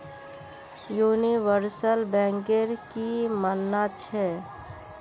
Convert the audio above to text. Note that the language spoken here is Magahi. यूनिवर्सल बैंकेर की मानना छ